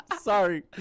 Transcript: Sorry